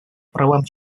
правам